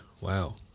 Wow